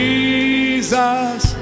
Jesus